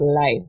life